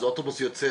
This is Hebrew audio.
אז אוטובוס יוצא,